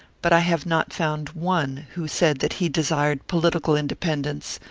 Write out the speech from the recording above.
but i have not found one who said that he desired political independence,